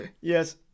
Yes